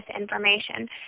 information